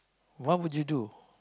what would you do